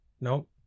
Nope